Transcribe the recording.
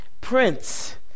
Prince